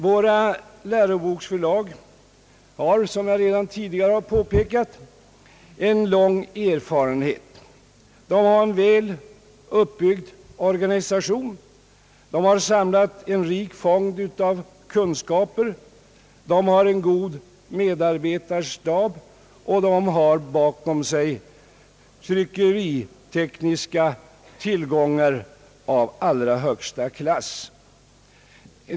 Våra läroboksförlag har, som jag tidigare påpekat, lång erfarenhet, de har en väl uppbyggd organisation, de har samlat en rik fond av kunskaper, de har en god medarbetarstab och de har tryckeritekniska resurser av högsta klass.